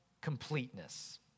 completeness